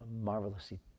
marvelously